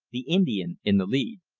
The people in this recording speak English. the indian in the lead.